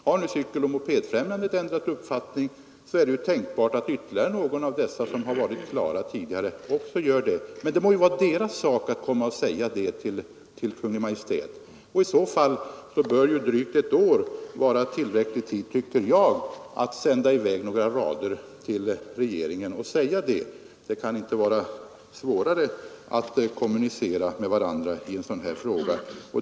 Har nu Cykeloch mopedfrämjandet ändrat uppfattning är det tänkbart att ytterligare någon av dem som haft en klar uppfattning tidigare också ändrar sig. Men det må vara deras sak att komma och säga detta till Kungl. Maj:t, och i så fall bör ju drygt ett år vara tillräcklig tid, tycker jag, för att sända i väg några rader till regeringen och säga det. Det kan inte vara svårare för oss att kommunicera med varandra i en sådan här fråga.